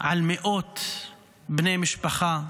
על מאות בני משפחה,